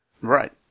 Right